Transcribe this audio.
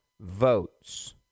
votes